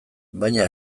baina